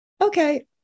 okay